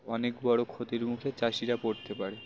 অনেক বড়ো ক্ষতির মুখে চাষিরা পড়তে পারে